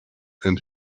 and